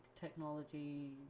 Technology